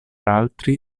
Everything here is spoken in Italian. altri